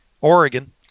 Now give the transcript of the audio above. Oregon